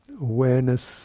awareness